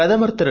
பிரதமர் திரு